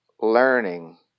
learning